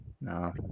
No